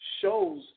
shows